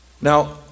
Now